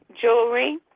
jewelry